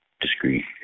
Discreet